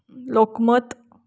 Lokmat